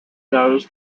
knows